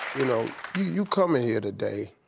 you. know you comin' here today,